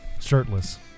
shirtless